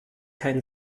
kein